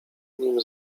nim